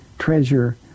treasure